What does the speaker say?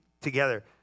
together